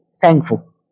thankful